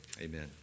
Amen